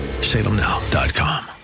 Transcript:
salemnow.com